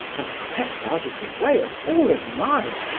and kept out of the way of all admirers,